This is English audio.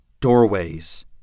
doorways